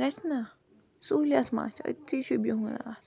گَژھِ نہ سہوٗلیت ما چھِ أتی چھُ بِہُن چھُ اَتھ